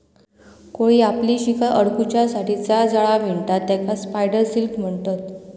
कोळी आपली शिकार अडकुच्यासाठी जा जाळा विणता तेकाच स्पायडर सिल्क म्हणतत